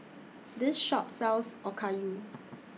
This Shop sells Okayu